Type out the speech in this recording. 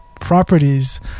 properties